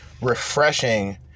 refreshing